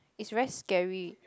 it's very scary